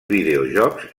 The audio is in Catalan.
videojocs